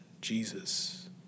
Jesus